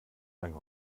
lange